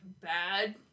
bad